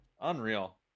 unreal